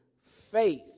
faith